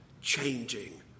changing